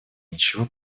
ничего